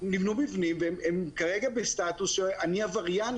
נבנו מבנים והם כרגע בסטטוס שאני עבריין,